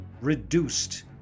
reduced